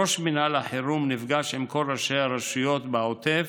ראש מינהל החירום נפגש עם כל ראשי הרשויות בעוטף,